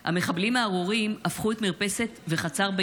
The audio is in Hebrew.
המחבלים הארורים הפכו את מרפסת וחצר ביתה